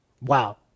Wow